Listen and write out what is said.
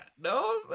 no